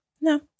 no